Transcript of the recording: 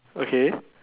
okay